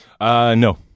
No